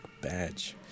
badge